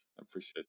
appreciate